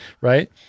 right